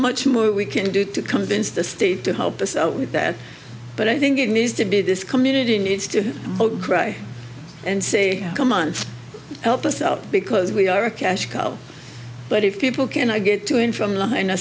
much more we can do to convince the state to help us out with that but i think it needs to be this community needs to cry and say come on help us out because we are a cash cow but if people can i get to and from